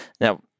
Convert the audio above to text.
Now